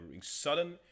sudden